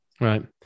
Right